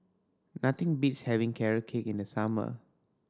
nothing beats having Carrot Cake in the summer